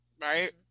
right